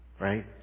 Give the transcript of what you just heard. right